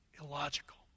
illogical